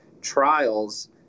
trials